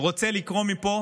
רוצה לקרוא מפה